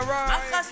right